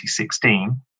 2016